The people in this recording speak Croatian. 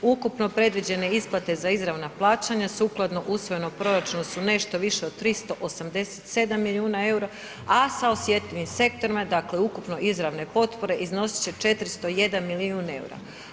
Ukupno predviđene isplate za izravna plaćanja, sukladno usvojenom proračunu su nešto više od 387 milijuna eura, a sa osjetljivim sektorima, dakle ukupno izravne potpore iznosit će 401 milijun eura.